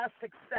success